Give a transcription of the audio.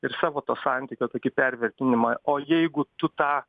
ir savo to santykio tokį pervertinimą o jeigu tu tą